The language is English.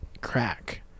crack